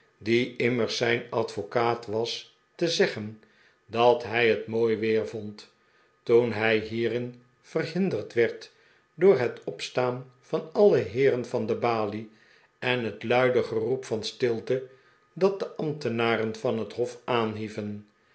die immers zijn advocaat was te zeggen dat hij het mooi weer vond toen hij hierin verhinderd werd door het opstaan van alle heeren van de balie en het luide geroep van stilte dat de ambtenaren van het hof aanhieven